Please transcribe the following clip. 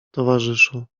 towarzyszu